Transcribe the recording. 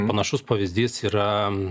panašus pavyzdys yra